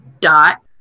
dot